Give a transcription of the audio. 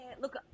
look